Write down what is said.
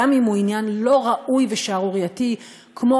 גם אם הוא עניין לא ראוי ושערורייתי כמו